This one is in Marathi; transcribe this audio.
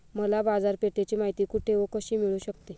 मला बाजारपेठेची माहिती कुठे व कशी मिळू शकते?